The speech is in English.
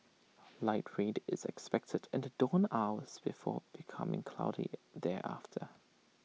light rain is expected in the dawn hours before becoming cloudy thereafter